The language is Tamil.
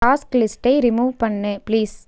டாஸ்க் லிஸ்ட்டை ரிமூவ் பண்ணு ப்ளீஸ்